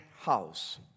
house